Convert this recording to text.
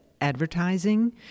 advertising